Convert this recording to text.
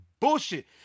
bullshit